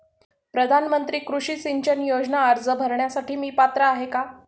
प्रधानमंत्री कृषी सिंचन योजना अर्ज भरण्यासाठी मी पात्र आहे का?